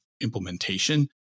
implementation